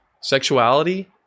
sexuality